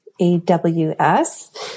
AWS